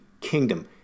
kingdom